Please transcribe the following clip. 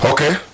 Okay